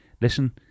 listen